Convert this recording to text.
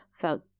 felt